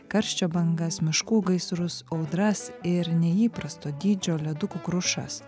karščio bangas miškų gaisrus audras ir neįprasto dydžio ledukų krušas